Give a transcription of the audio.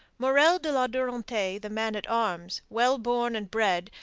morel de la durantaye, the man-at-arms, well born and bred,